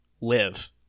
live